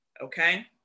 Okay